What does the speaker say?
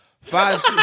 five